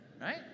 right